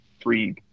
three